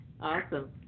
awesome